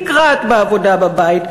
נקרעת בעבודה בבית,